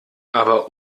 aber